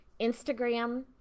Instagram